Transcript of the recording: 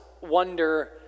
wonder